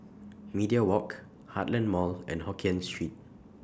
Media Walk Heartland Mall and Hokkien Street